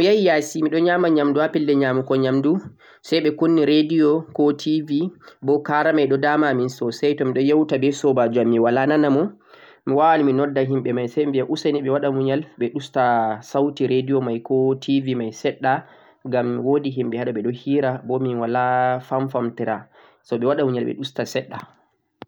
to mi yahi ya'si nyaamugo nyaamndu ha pelle nyaamugo nyaamndu, say ɓe kunni radio, ko TV, bo kara may ɗo dama amin soosay to mi ɗo yawta be soobaajo am mi walaa nana yam, mi waawan mi nodda himɓe may say mi biya useni ɓe walaa muyal ɓe usta sawti radio may ko TV may seɗɗa, ngam woodi himɓe ha ɗo ɓe ɗo hira, bo min walaa famfamtira so, ɓe waɗa muyal ɓe usta seɗɗa.